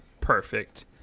perfect